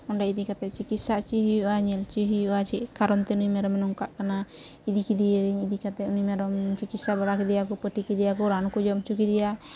ᱚᱸᱰᱮ ᱤᱫᱤ ᱠᱟᱛᱮᱫ ᱪᱤᱠᱤᱛᱥᱟ ᱦᱚᱪᱚᱭᱮ ᱦᱩᱭᱩᱜᱼᱟ ᱧᱮᱞ ᱦᱚᱪᱚᱭᱮ ᱦᱩᱭᱩᱜᱼᱟ ᱪᱮᱫ ᱠᱟᱨᱚᱱ ᱛᱮ ᱱᱩᱭ ᱢᱮᱨᱚᱢᱮ ᱱᱚᱝᱠᱟᱜ ᱠᱟᱱᱟ ᱤᱫᱤ ᱠᱮᱫᱮᱭᱟᱹᱧ ᱤᱫᱤ ᱠᱟᱛᱮᱫ ᱩᱱᱤ ᱢᱮᱨᱚᱢ ᱪᱤᱠᱤᱛᱥᱟ ᱵᱟᱲᱟ ᱠᱮᱫᱮᱭᱟ ᱠᱚ ᱯᱟᱹᱴᱤ ᱠᱮᱫᱮᱭᱟ ᱠᱚ ᱨᱟᱱ ᱠᱚ ᱡᱚᱢ ᱦᱚᱪᱚ ᱠᱮᱫᱮᱭᱟ